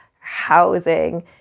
housing